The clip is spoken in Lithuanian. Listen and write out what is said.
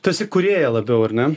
tu esi kūrėja labiau ar ne